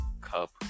Cup